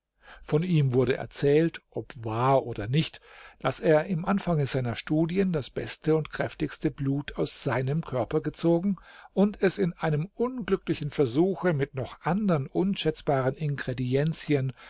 von ihm wurde erzählt ob wahr oder nicht daß er im anfange seiner studien das beste und kräftigste blut aus seinem körper gezogen und es in einem unglücklichen versuche mit noch andern unschätzbaren ingredienzen